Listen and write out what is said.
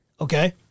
Okay